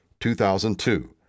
2002